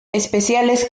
especiales